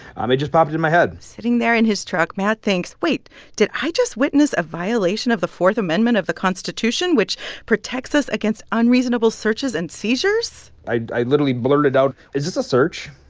um it just popped in my head sitting there in his truck, matt thinks, wait did i just witness a violation of the fourth amendment of the constitution, which protects us against unreasonable searches and seizures? i literally blurted out, is this a search?